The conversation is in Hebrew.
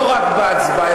לא רק בהצבעה,